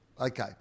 Okay